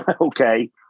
okay